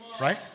right